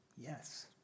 yes